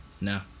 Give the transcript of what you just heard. No